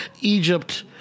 Egypt